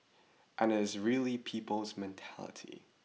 and it is really people's mentality